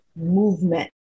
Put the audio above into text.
movement